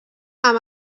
amb